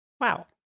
Wow